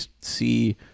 see